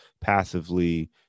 passively